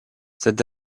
cette